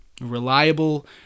reliable